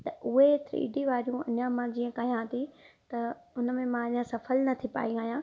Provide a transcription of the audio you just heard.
त उहे three D वारियूं अञा मां जीअं कया थी त उनमें अञा मां सफ़ल न थी पाइ आहियां